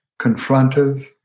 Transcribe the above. confrontive